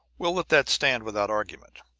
we'll let that stand without argument.